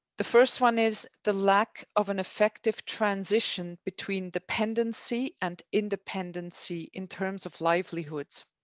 the first one is the lack of an effective transition between dependency and independency in terms of livelihoods.